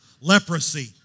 Leprosy